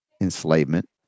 enslavement